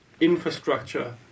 infrastructure